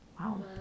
Wow